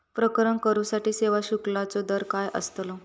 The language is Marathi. प्रकरण करूसाठी सेवा शुल्काचो दर काय अस्तलो?